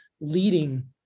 leading